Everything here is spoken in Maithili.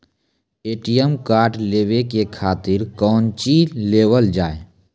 ए.टी.एम कार्ड लेवे के खातिर कौंची देवल जाए?